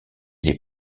les